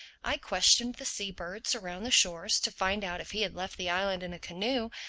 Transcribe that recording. i questioned the sea-birds around the shores to find out if he had left the island in a canoe.